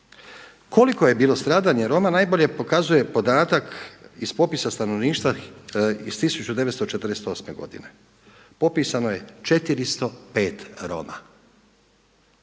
Koliko je bilo stradanje Roma najbolje pokazuje podatak iz popisa stanovništva iz 1948. godine, popisano je 405 Roma,